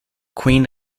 queen